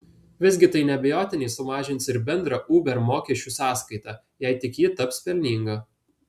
visgi tai neabejotinai sumažins ir bendrą uber mokesčių sąskaitą jei tik ji taps pelninga